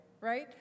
right